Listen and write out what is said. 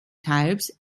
types